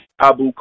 Abu